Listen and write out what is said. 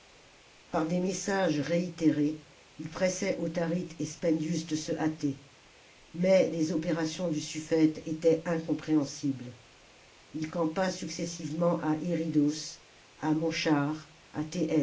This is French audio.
par des messages réitérés il pressait autharite et spendms de se hâter mais les opérations du suffète étaient incompréhensibles il campa successivement à eidous à